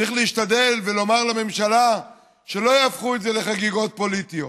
צריך להשתדל ולומר לממשלה שלא יהפכו את זה לחגיגות פוליטיות.